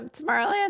Tomorrowland